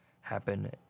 happen